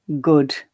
good